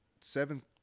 seventh